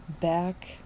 back